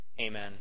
Amen